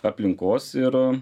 aplinkos ir